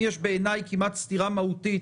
יש בעיניי כמעט סתירה מהותית